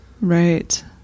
Right